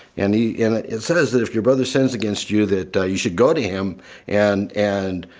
and he, it says that if your brother sins against you that you should go to him and and